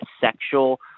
sexual